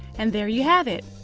and there you have it.